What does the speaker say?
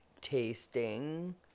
tasting